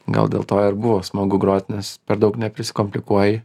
gal dėl to ir buvo smagu grot nes per daug neprisikomplikuoji